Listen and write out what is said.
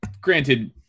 granted